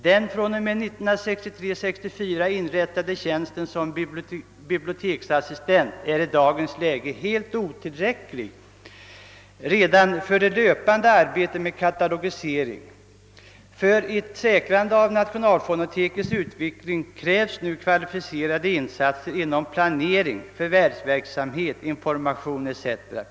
Den fr.o.m. 1963/64 inrättade tjänsten som biblioteksassistent är i dagens läge helt otillräcklig redan för det löpande arbetet med katalogisering etc. För ett säkrande av nationalfonotekets utveckling kräves nu kvalificerade insatser inom planering, förvärvsverksamhet, information etc.